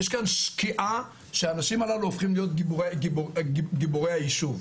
יש כאן שקיעה שהאנשים הללו הופכים להיות גיבורי היישוב.